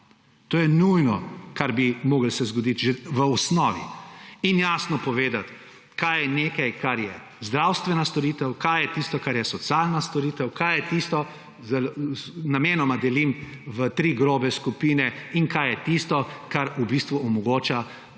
To je nujno, kar bi se moralo zgoditi že v osnovi in jasno povedati, kaj je nekaj, kar je zdravstvena storitev, kaj je tisto, kar je socialna storitev – namenoma delim v tri grobe skupine –, in kaj je tisto, kar v bistvu omogoča